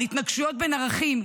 על התנגשויות בין ערכים.